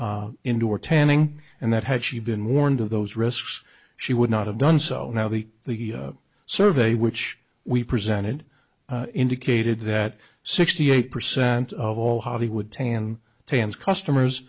of indoor tanning and that had she been warned of those risks she would not have done so now the the survey which we presented indicated that sixty eight percent of all hollywood tam tams customers